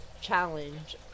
challenge